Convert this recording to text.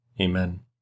Amen